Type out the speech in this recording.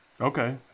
Okay